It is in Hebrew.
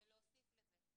ולהוסיף לזה.